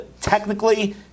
technically